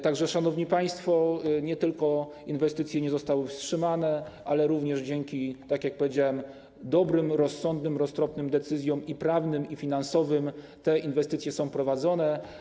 Tak że, szanowni państwo, nie tylko inwestycje nie zostały wstrzymane, ale również dzięki, tak jak powiedziałem, dobrym, rozsądnym, roztropnym decyzjom i prawnym, i finansowym te inwestycje są prowadzone.